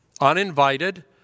uninvited